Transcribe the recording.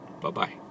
Bye-bye